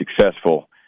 successful